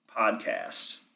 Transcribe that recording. podcast